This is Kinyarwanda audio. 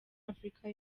africa